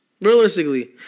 Realistically